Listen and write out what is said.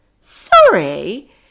Sorry